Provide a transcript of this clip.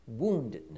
woundedness